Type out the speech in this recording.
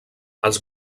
als